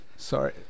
sorry